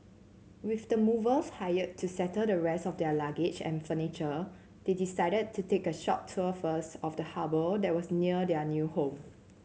with the movers hired to settle the rest of their luggage and furniture they decided to take a short tour first of the harbour that was near their new home